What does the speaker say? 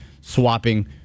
swapping